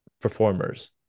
performers